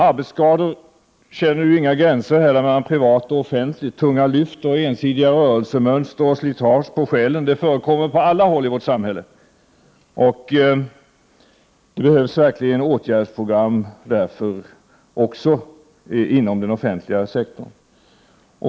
Arbetsskador känner heller inga gränser mellan privat och offentlig sektor. Tunga lyft, ensidiga rörelsemönster och ”slitage på själen” förekommer på alla håll i vårt samhälle. Det behövs verkligen åtgärdsprogram för detta även inom den offentliga sektorn.